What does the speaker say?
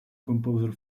composer